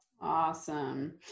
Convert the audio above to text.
Awesome